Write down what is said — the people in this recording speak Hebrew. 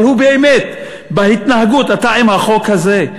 אבל באמת, בהתנהגות אתה עם החוק הזה?